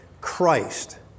Christ